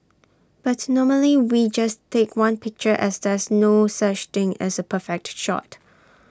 but normally we just take one picture as there's no such thing as A perfect shot